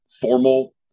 formal